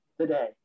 today